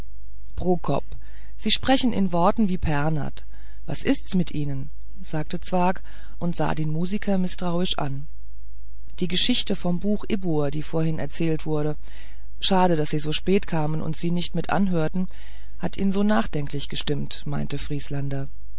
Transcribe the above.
sie sprechen in worten wie pernath was ist's mit ihnen sagte zwakh und sah den musiker mißtrauisch an die geschichte vom buch ibbur die vorhin erzählt wurde schade daß sie so spät kamen und sie nicht mit anhörten hat ihn so nachdenklich gestimmt meinte